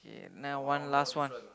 okay now one last one